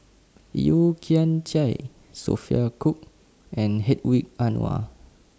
Yeo Kian Chai Sophia Cooke and Hedwig Anuar